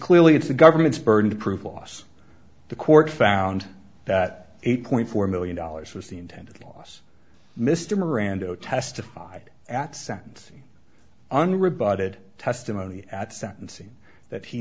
clearly it's the government's burden to prove loss the court found that eight point four million dollars was the intended loss mr miranda testified at sentencing unrebutted testimony at sentencing that he